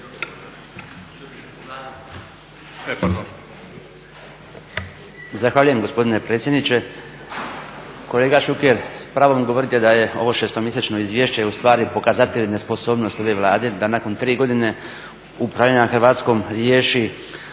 Zahvaljujem gospodine predsjedniče, kolega Šuker, s pravom govorite da je ovo 6-mjesečno izvješće ustvari pokazatelj nesposobnosti ove Vlade da nakon tri godine upravljanja Hrvatskom riješi